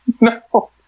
no